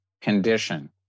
condition